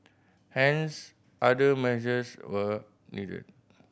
hence other measures were needed